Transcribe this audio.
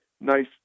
nice